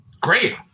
Great